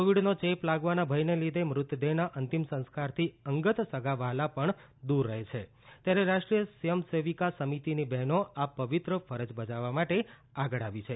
કોવિડનો ચેપ લાગવાના ભયને લીધે મૃતદેહના અંતિમ સંસ્કારથી અંગત સગાવહાલા પણ દૂર રહે છે ત્યારે રાષ્ટ્રીય સ્વયંસેવિકા સમિતિની બહેનો આ પવિત્ર ફરજ બજાવવા માટે આગળ આવી છે